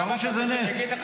ברור שזה נס.